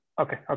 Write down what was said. okay